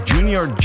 Junior